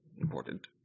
important